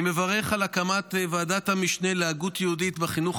אני מברך על הקמת ועדת המשנה להגות יהודית בחינוך